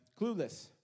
clueless